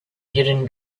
hidden